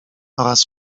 oraz